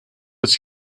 ist